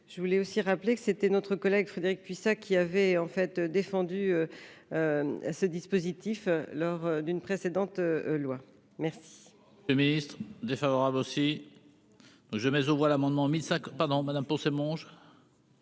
je voulais aussi rappeler que c'était notre collègue, Frédérique Puissat, qui avait en fait défendu ce dispositif lors d'une précédente loi merci. Le ministre-défavorable aussi. Je mets aux voix l'amendement 1000 sac pardon madame pour ces manches.